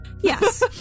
Yes